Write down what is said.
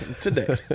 Today